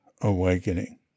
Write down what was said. awakening